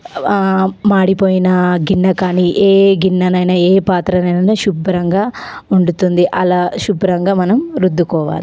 మాడిపోయిన గిన్నె కానీ ఏ గిన్నెనయినా ఏ పాత్రనైనా శుభ్రంగా ఉంటుంది అలా శుభ్రంగా మనం రుద్దుకోవాలి